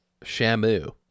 Shamu